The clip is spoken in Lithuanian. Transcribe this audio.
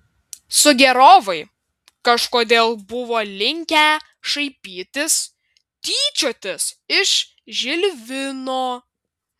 sugėrovai kažkodėl buvo linkę šaipytis tyčiotis iš žilvino